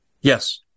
Yes